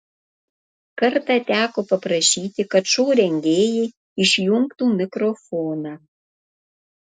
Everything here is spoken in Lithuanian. kartą teko paprašyti kad šou rengėjai išjungtų mikrofoną